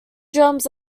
drums